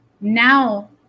Now